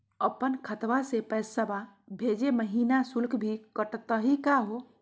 अपन खतवा से पैसवा भेजै महिना शुल्क भी कटतही का हो?